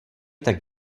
tak